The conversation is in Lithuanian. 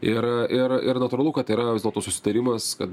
ir ir ir natūralu kad tai yra vis dėlto susitarimas kad